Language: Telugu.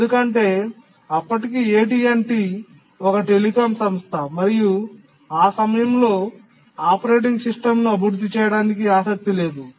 ఎందుకంటే అప్పటికి AT T ఒక టెలికాం సంస్థ మరియు ఆ సమయంలో ఆపరేటింగ్ సిస్టమ్ను అభివృద్ధి చేయడానికి ఆసక్తి లేదు